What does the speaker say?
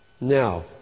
Now